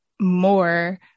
more